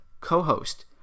co-host